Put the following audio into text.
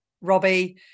Robbie